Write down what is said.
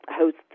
host